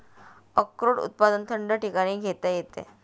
अक्रोड उत्पादन थंड ठिकाणी घेता येते